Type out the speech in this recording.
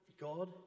God